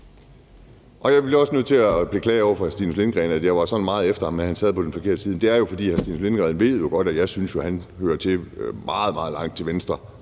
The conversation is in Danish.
nødt til at beklage over for hr. Stinus Lindgreen, at jeg var meget efter ham med, at han sad på den forkerte side. Det er jo, fordi hr. Stinus Lindgreen godt ved, at jeg synes, at han hører til meget, meget langt til venstre